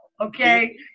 okay